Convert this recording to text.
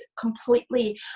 completely